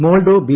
മോൾഡോ B